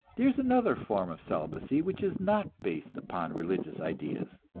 there is another form of celibacy which is not based upon religious ideas,